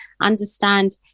Understand